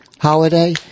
holiday